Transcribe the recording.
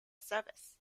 service